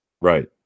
Right